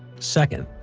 second,